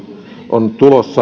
on